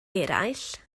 eraill